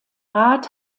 rat